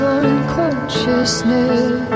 unconsciousness